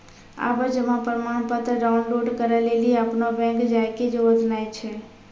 आबे जमा प्रमाणपत्र डाउनलोड करै लेली अपनो बैंक जाय के जरुरत नाय छै